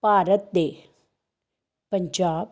ਭਾਰਤ ਦੇ ਪੰਜਾਬ